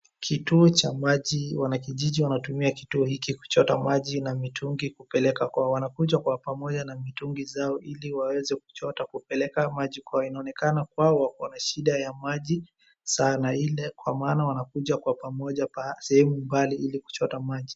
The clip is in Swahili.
Kituo cha maji, wanakijiji wanatumia kituo hiki kuchota maji na mitungi kupeleka kwao. Wanakuja kwa pamoja na mitungi zao ili waweze kuchota kupeleka maji kwao. Inaonekana kwao wako shida ya maji sana. Ile kwa maana wanakuja kwa pamoja sehemu mbali ili kuchota maji.